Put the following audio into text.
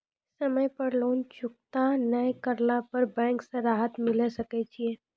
समय पर लोन चुकता नैय करला पर बैंक से राहत मिले सकय छै?